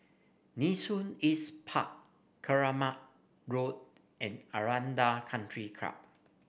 Nee Soon East Park Keramat Road and Aranda Country Club